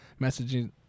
messaging